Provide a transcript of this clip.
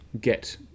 get